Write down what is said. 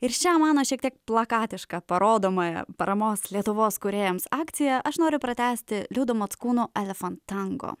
ir šią mano šiek tiek plakatišką parodomąją paramos lietuvos kūrėjams akciją aš noriu pratęsti liudo mockūno elephant tango